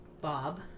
Bob